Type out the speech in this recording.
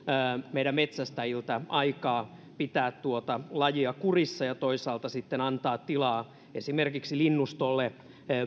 meidän metsästäjiltä paljon aikaa pitää tuota lajia kurissa ja toisaalta antaa tilaa esimerkiksi linnustolle